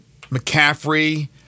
McCaffrey